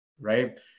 Right